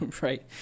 Right